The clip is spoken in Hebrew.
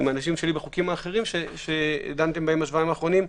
עם אנשים שלי בחוקים אחרים שדנתם בהם בשבועיים האחרונים,